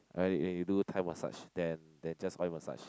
you you do Thai massage than than just oil massage